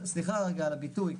סליחה רגע על הביטוי,